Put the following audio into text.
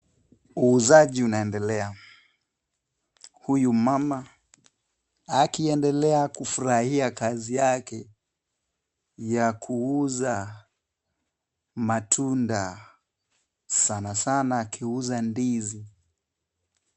Uuzaji unaendelea, huyu mama akiendelea kufurahia kazi yake ya kuuza matunda sanasana akiuza ndizi.